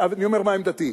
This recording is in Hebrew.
אני אומר מה עמדתי,